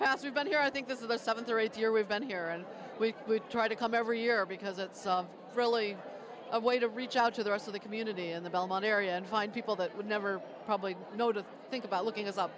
past we've been here i think this is the seventh or eighth year we've been here and we would try to come every year because it's really a way to reach out to the rest of the community in the belmont area and find people that would never probably know to think about looking